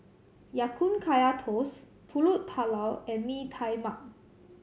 Ya Kun Kaya Toast Pulut Tatal and Mee Tai Mak